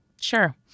Sure